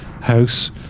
house